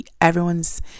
everyone's